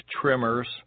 trimmers